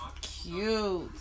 cute